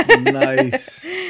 Nice